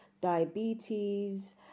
diabetes